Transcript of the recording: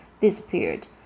disappeared